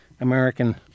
American